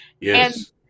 Yes